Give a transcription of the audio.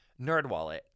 NerdWallet